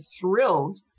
thrilled